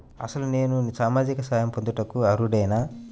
అసలు నేను సామాజిక సహాయం పొందుటకు అర్హుడనేన?